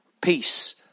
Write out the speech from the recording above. Peace